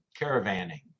caravanning